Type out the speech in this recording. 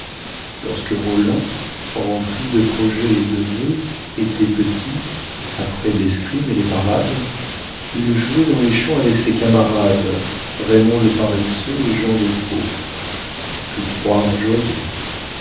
lorsque roland rempli de projets et de vœux était petit après l'escrime et les parades il jouait dans les champs avec ses camarades raymond le paresseux et jean de pau tous trois joyeux